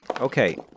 Okay